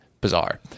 bizarre